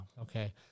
Okay